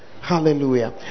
hallelujah